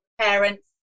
parents